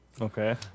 Okay